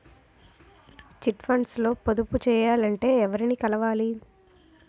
Chit funds లో పొదుపు చేయాలంటే ఎవరిని కలవాలి?